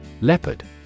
Leopard